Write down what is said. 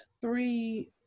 three